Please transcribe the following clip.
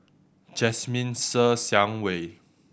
Jasmine Ser Xiang Wei